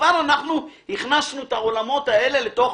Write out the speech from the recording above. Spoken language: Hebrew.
כבר אנחנו הכנסנו את העולמות האלה לתוך